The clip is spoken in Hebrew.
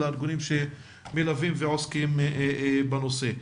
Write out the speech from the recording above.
של הארגונים שמלווים ועוסקים בנושא.